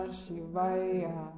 shivaya